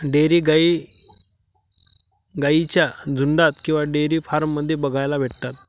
dairy गाई गाईंच्या झुन्डात किंवा डेयरी फार्म मध्ये बघायला भेटतात